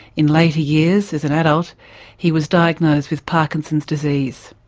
in later years as an adult he was diagnosed with parkinson's disease.